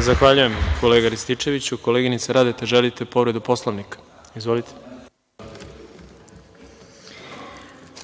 Zahvaljujem, kolega Rističe-viću. Koleginice Radeta, želite povredu Poslovnika? (Da)Izvolite. **Vjerica